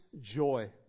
joy